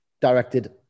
directed